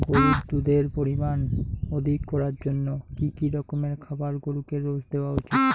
গরুর দুধের পরিমান অধিক করার জন্য কি কি রকমের খাবার গরুকে রোজ দেওয়া উচিৎ?